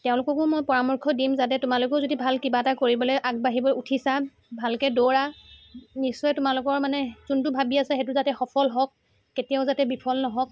তেওঁলোককো মই পৰামৰ্শ দিম যাতে তোমালোকো যদি ভাল কিবা এটা কৰিবলৈ আগবাঢ়িব উঠিছা ভালকৈ দৌৰা নিশ্চয় তোমালোকৰ মানে যোনটো ভাবি আছা সেইটো যাতে সফল হওক কেতিয়াও যাতে বিফল নহওক